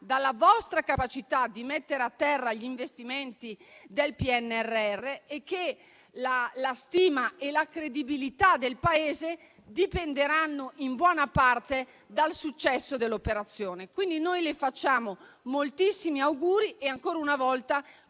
dalla vostra capacità di mettere a terra gli investimenti del PNRR e che la stima e la credibilità del Paese dipenderanno in buona parte dal successo dell'operazione. Le facciamo quindi moltissimi auguri e ancora una volta